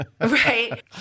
Right